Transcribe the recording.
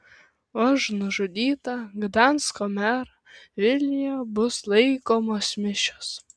už nužudytą gdansko merą vilniuje bus laikomos mišios